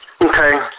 Okay